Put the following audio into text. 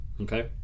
Okay